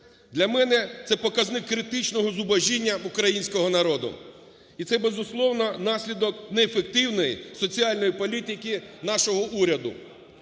Для мене це показник критичного зубожіння українського народу. І це, безусловно, наслідок неефективної соціальної політики нашого уряду.